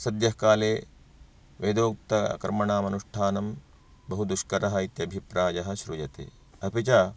सद्यः काले वेदोक्तकर्मणामनुष्ठानं बहु दुष्करः इत्यभिप्रायः श्रूयते अपि च